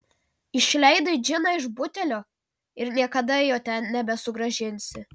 išleidai džiną iš butelio ir niekada jo ten nebesugrąžinsi